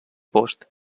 post